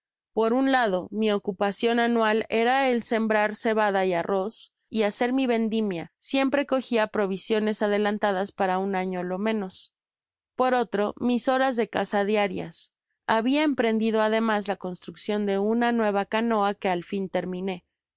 por un lado mi ocupacion anual era el sembrar cebada y arroz y hacer mi vendimia siempre cogia provisiones adelantadas para un año lo menos por otro mis horas de caza diarias habia emprendido ademas la construccion de una nueva canoa que al fin terminé